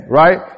right